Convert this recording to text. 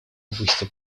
области